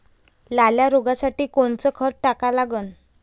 लाल्या रोगासाठी कोनचं खत टाका लागन?